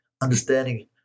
understanding